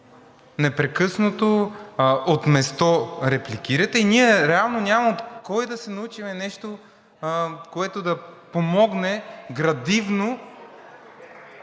непрекъснато от място репликирате и ние реално няма от кой да се научим на нещо, което да помогне градивно